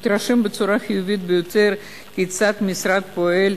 התרשם בצורה חיובית ביותר כיצד המשרד פועל